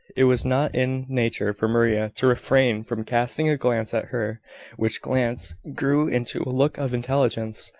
it was not in nature for maria to refrain from casting a glance at her which glance grew into a look of intelligence.